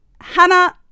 Hannah